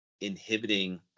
inhibiting